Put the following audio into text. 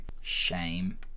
shame